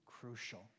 crucial